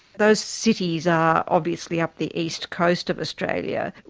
those cities are obviously up the east coast of australia.